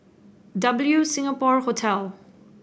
W Singapore Hotel